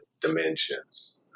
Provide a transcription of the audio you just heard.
dimensions